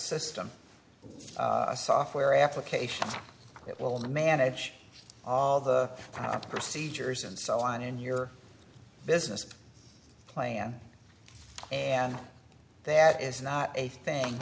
system a software application that will manage proper procedures and so on in your business plan and that is not a thing